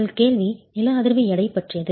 உங்கள் கேள்வி நில அதிர்வு எடை பற்றியது